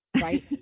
right